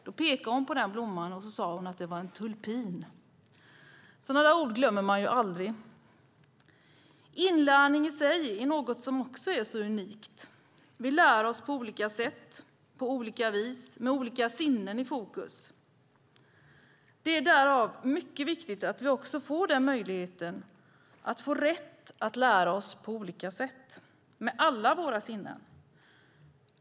Hon pekade på en sådan blomma och sade att det var en tulpin. Sådana ord glömmer man aldrig. Inlärning i sig är också någonting unikt. Vi lär oss på olika sätt och med olika sinnen i fokus. Därför är det mycket viktigt att vi får möjligheten och rätten att lära oss på olika sätt, med alla våra sinnen.